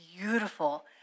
beautiful